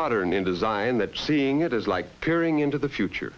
modern in design that seeing it is like peering into the future